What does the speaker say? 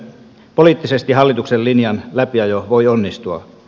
poliittisesti hallituksen linjan läpiajo voi onnistua